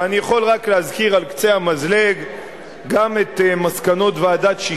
ואני יכול רק להזכיר על קצה המזלג גם את מסקנות ועדת-ששינסקי,